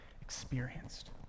experienced